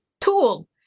tool